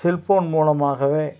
cellphone மூலமாகவே